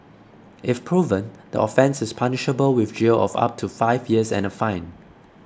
if proven the offence is punishable with jail of up to five years and a fine